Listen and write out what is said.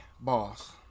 boss